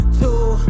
two